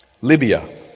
Libya